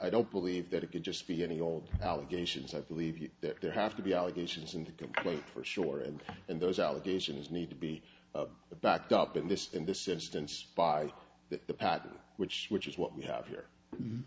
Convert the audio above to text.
i don't believe that it could just be any old allegations i believe that there have to be allegations in the complaint for sure and and those allegations need to be backed up in this in this instance by the patent which which is what we have here